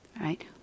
right